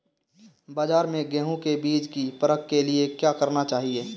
बाज़ार में गेहूँ के बीज की परख के लिए क्या करना चाहिए?